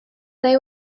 they